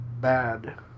Bad